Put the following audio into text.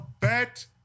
bet